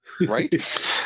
right